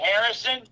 Harrison